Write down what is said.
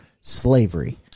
Slavery